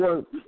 work